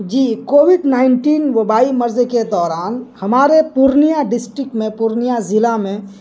جی COVID nineteen وبائی مرض کے دوران ہمارے پورنیہ ڈسٹک میں پورنیہ ضلع میں